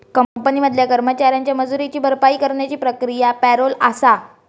company मधल्या कर्मचाऱ्यांच्या मजुरीची भरपाई करण्याची प्रक्रिया पॅरोल आसा